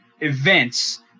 events